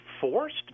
forced